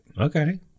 okay